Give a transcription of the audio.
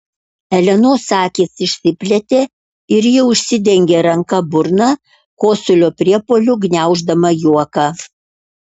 elenos akys išsiplėtė ir ji užsidengė ranka burną kosulio priepuoliu gniauždama juoką